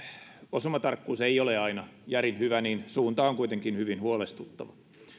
osumatarkkuus ei ole aina järin hyvä niin suunta on kuitenkin hyvin huolestuttava